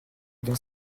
dans